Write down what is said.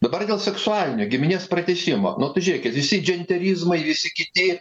dabar dėl seksualinio giminės pratęsimo nu tai žiūrėkit visi dženterismai visi kiti